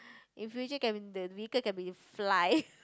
in future can the vehicle can be to fly